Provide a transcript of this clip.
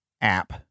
app